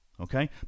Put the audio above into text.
okay